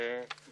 נכון